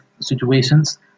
situations